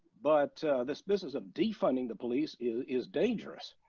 but this business of defunding the police is dangerous.